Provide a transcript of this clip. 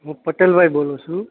હું પટેલભાઈ બોલું છું